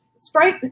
Sprite